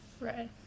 right